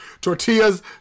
Tortillas